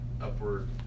upward